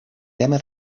tema